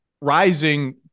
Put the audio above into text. rising